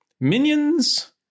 Minions